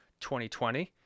2020